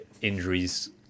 injuries